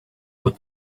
put